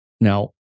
Now